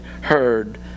heard